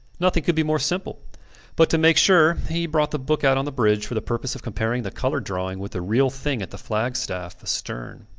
nothing could be more simple but to make sure he brought the book out on the bridge for the purpose of comparing the coloured drawing with the real thing at the flagstaff astern.